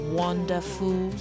wonderful